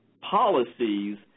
policies